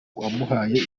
wamuhaye